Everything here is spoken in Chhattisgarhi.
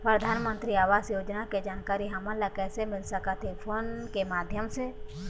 परधानमंतरी आवास योजना के जानकारी हमन ला कइसे मिल सकत हे, फोन के माध्यम से?